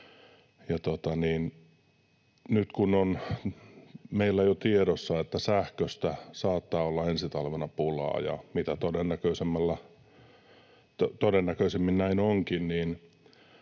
Nyt, kun on meillä jo tiedossa, että sähköstä saattaa olla ensi talvena pulaa, ja mitä todennäköisimmin näin onkin,